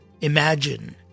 imagine